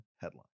headline